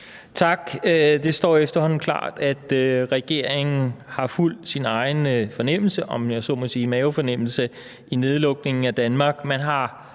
Tak. Det står efterhånden klart, at regeringen har fulgt sin egen mavefornemmelse, om man så må sige, i nedlukningen af Danmark.